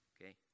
Okay